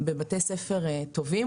בבתי ספר טובים,